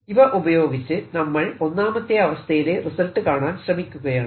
ഇവ ഉപയോഗിച്ച് നമ്മൾ ഒന്നാമത്തെ അവസ്ഥയിലെ റിസൾട്ട് കാണാൻ ശ്രമിക്കുകയാണ്